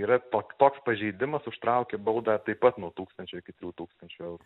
yra tok toks pažeidimas užtraukia baudą taip pat nuo tūkstančio iki trijų tūkstančių eurų